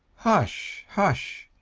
hush, hush!